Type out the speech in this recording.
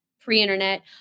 pre-internet